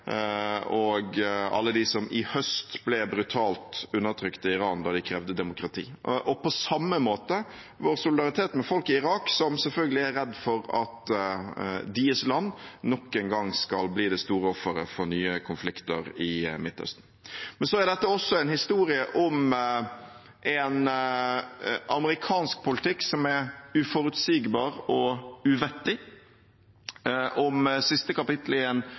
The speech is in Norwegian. og alle dem som i høst ble brutalt undertrykt i Iran da de krevde demokrati, og på samme måte vår solidaritet med folk i Irak som selvfølgelig er redd for at deres land nok en gang skal bli det store offeret for nye konflikter i Midtøsten. Så er dette også en historie om en amerikansk politikk som er uforutsigbar og uvettig, om siste